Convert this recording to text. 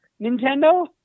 Nintendo